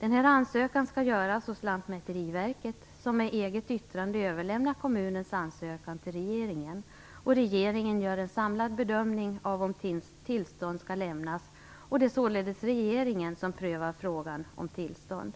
Ansökan skall göras hos Lantmäteriverket, som med eget yttrande överlämnar kommunens ansökan till regeringen. Regeringen gör en samlad bedömning av om tillstånd skall lämnas. Det är således regeringen som prövar frågan om tillstånd.